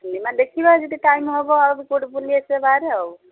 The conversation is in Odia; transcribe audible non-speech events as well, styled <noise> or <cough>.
ସିନେମା ଦେଖିବା ଯଦି ଟାଇମ୍ ହେବ <unintelligible> କେଉଁଠି ବୁଲି ଆସିବା ବାହାରେ ଆଉ